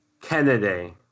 Kennedy